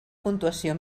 puntuació